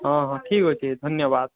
ହଁ ହଁ ଠିକ୍ଅଛି ଧନ୍ୟବାଦ